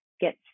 get